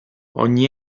ogni